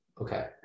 okay